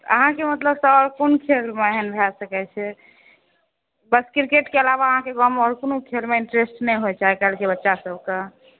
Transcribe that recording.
अहाँकेँ मतलब सर कोन एहन खेल भय सकै छै बस क्रिकेटकेँ अलावा अहाँकेँ गाँवमे कोनो खेलमे इन्ट्रेस्ट नहि होइछै आइकाल्हि केँ बच्चा सभकऽ